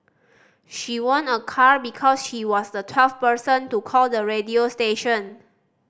she won a car because she was the twelfth person to call the radio station